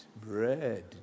Bread